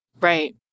Right